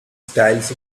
styles